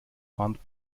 warnt